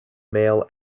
male